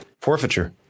Forfeiture